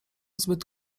zbyt